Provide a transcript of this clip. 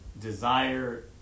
desire